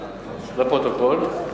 לפרוטוקול.